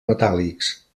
metàl·lics